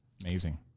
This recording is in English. Amazing